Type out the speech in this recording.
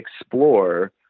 explore